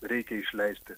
reikia išleisti